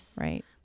Right